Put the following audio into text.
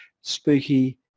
spooky